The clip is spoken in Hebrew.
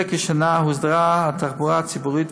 זה כשנה הוסדרה התחבורה הציבורית,